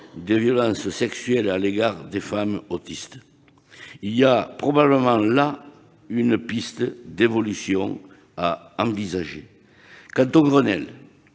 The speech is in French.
des violences sexuelles à l'égard des femmes autistes. Il y a probablement là une piste d'évolution à envisager. Quant au Grenelle